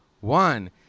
one